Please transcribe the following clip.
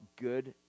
good